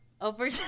Over